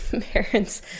parents